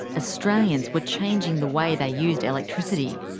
australians were changing the way they used electricity.